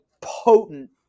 potent